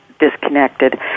Disconnected